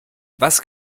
was